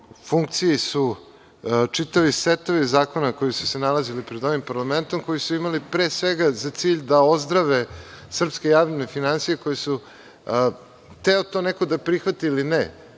funkciji su čitavi setovi zakona koji su se nalazili pred ovim parlamentom, a koji su imali, pre svega, za cilj da ozdrave srpske javne finansije koje su, hteo to neko da prihvati ili ne,